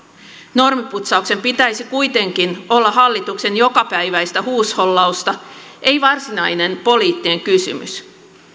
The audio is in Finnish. normiputsauksen pitäisi kuitenkin olla hallituksen jokapäiväistä huushollausta ei varsinainen poliittinen kysymys